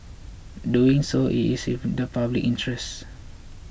doing so is in the public interest